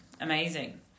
Amazing